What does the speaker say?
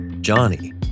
Johnny